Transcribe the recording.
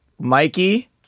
Mikey